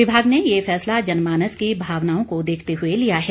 विभाग ने ये फैसला जनमानस की भावनाओं को देखते हुए लिया है